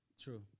True